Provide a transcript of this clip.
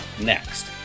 next